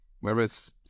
Whereas